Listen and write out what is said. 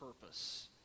purpose